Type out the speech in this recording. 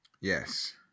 Yes